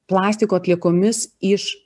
plastiko atliekomis iš